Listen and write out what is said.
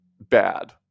bad